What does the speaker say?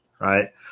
right